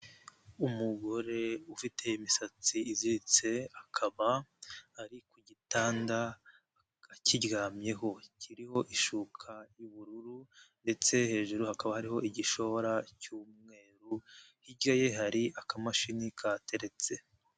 Umugore ufite imisatsi iziritse, akaba ari ku gitanda akiryamyeho, kiriho ishuka y'ubururu ndetse hejuru hakaba hariho igishora cy'umweru, hirya ye hari akamashini kahateretse.